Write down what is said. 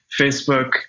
Facebook